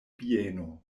bieno